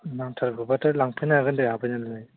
नांथारगौबाथाय लांफैनो हागोन दे हाबफैना नोङो